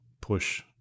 push